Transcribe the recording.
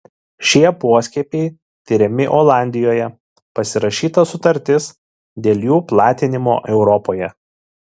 šie poskiepiai tiriami olandijoje pasirašyta sutartis dėl jų platinimo europoje